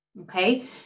okay